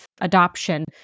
adoption